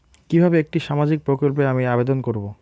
কিভাবে একটি সামাজিক প্রকল্পে আমি আবেদন করব?